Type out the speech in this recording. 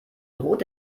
droht